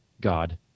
God